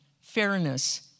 fairness